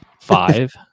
five